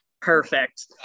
Perfect